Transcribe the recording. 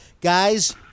Guys